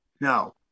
No